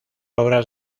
obras